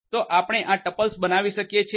તો આપણે આ ટપલ બનાવી શકીએ છીએ